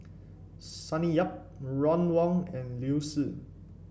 Sonny Yap Ron Wong and Liu Si